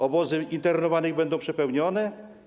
Obozy internowanych będą przepełnione?